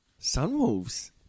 Sunwolves